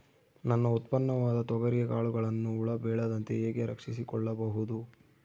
ನನ್ನ ಉತ್ಪನ್ನವಾದ ತೊಗರಿಯ ಕಾಳುಗಳನ್ನು ಹುಳ ಬೇಳದಂತೆ ಹೇಗೆ ರಕ್ಷಿಸಿಕೊಳ್ಳಬಹುದು?